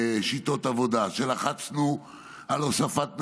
שיטות עבודה, ולחצנו על הוספת ניידות,